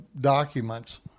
documents